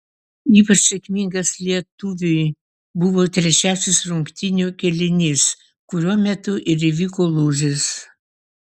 ypač sėkmingas lietuviui buvo trečiasis rungtynių kėlinys kuriuo metu ir įvyko lūžis